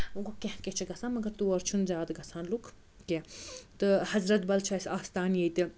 کینٛہہ چھِ گژھان مگر تور چھُنہٕ زیادٕ گژھان لُکھ کینٛہہ تہٕ حضرت بل چھِ اَسہِ آستان ییٚتہِ